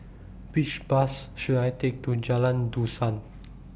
Which Bus should I Take to Jalan Dusan